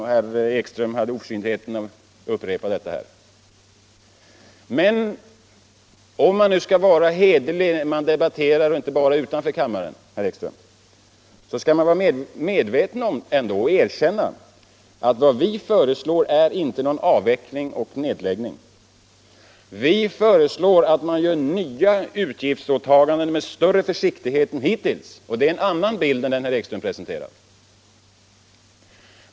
Herr Ekström hade oförsyntheten att upprepa det. Men om man nu skall vara hederlig när man debatterar här och inte bara utanför kammaren, herr Ekström, skall man vara medveten om och erkänna att vad vi föreslår är inte någon avveckling och nedläggning. Vi föreslår att man gör nya utgiftsåtaganden med större försiktighet än hittills, och det är en annan bild än den herr Ekström presenterar.